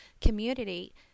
community